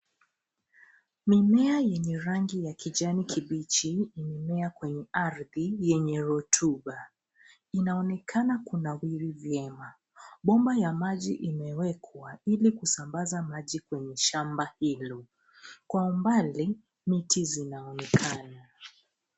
Mimea yenye rangi ya kijani kibichi, imemea kwenye ardhi wenye rotuba, inaonekana kunawiri vyema. Bomba ya maji imewekwa ili kusambaza maji kwenye shamba hilo. Kwa umbali, miti zinaonekana.